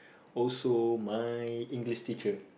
also my English teacher